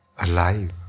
alive